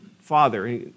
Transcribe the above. father